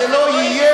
זה לא יהיה.